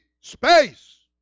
space